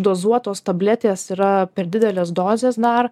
dozuotos tabletės yra per didelės dozės dar